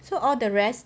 so all the rest